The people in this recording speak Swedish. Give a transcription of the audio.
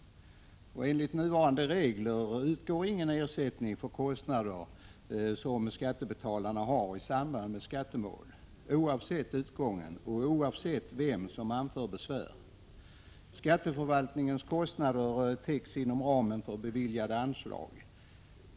Enligt nuvarande regler utgår ingen ersättning för kostnader som skattebetalaren har i samband med skattemål, oavsett utgången och oavsett vem som anfört besvär. Skatteförvaltningens kostnader täcks inom ramen för beviljade anslag.